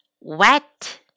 wet